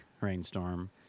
rainstorm